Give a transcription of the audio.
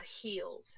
healed